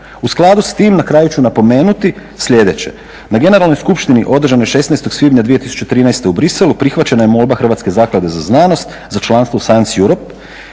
U skladu s tim, na kraju ću napomenuti sljedeće, na generalnoj skupštini održanoj 16. svibnja 2013. u Bruxellesu prihvaćena je molba Hrvatske zaklade za znanost za članstvu science Europe,